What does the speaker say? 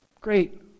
Great